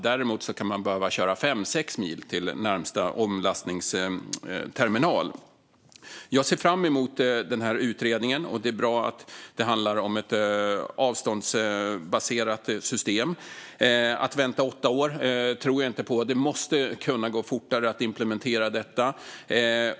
Däremot kan man behöva köra 5 eller 6 mil till närmaste omlastningsterminal. Jag ser fram emot den här utredningen, och det är bra att det handlar om ett avståndsbaserat system. Att vänta åtta år tror jag inte på; det måste kunna gå fortare att implementera detta.